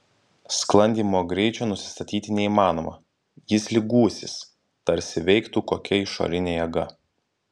sklandymo greičio nusistatyti neįmanoma jis lyg gūsis tarsi veiktų kokia išorinė jėga